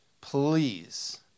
Please